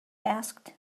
asked